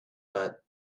but